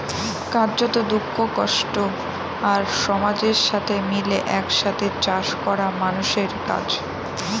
কার্যত, দুঃখ, কষ্ট আর সমাজের সাথে মিলে এক সাথে চাষ করা মানুষের কাজ